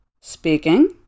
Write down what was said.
Speaking